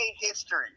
history